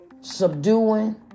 subduing